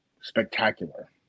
spectacular